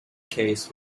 case